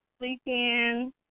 weekend